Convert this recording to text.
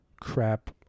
crap